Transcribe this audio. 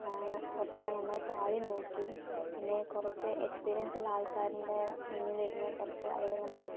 കുറച്ച് നേരം നന്നായി പാടി നോക്കി പിന്നെ കുറച്ച് എക്സ്പീരിയൻസുള്ള ആൾക്കാരിൻ്റെ മുന്നിലിരുന്ന് കുറച്ച് അവരിങ്ങനെ